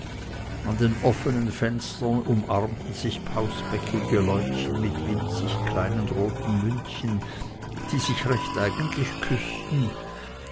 an den offenen fenstern umarmten sich pausbäckige leutchen mit winzig kleinen roten mündchen die sich recht eigentlich küßten